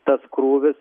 tas krūvis